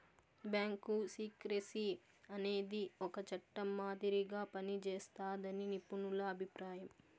bank secrecy అనేది ఒక చట్టం మాదిరిగా పనిజేస్తాదని నిపుణుల అభిప్రాయం